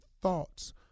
thoughts